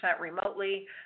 remotely